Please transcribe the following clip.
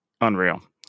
unreal